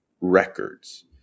records